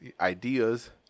ideas